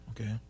Okay